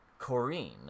Corrine